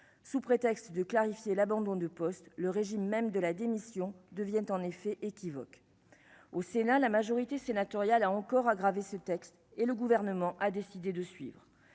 sous prétexte de clarifier l'abandon de poste, le régime même de la démission deviennent en effet équivoques au Sénat la majorité sénatoriale a encore aggravé ce texte et le gouvernement a décidé de suivre